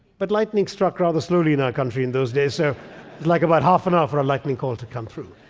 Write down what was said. but, lightning struck rather slowly in our country in those days, so, it was like about half an hour for a lightning call to come through.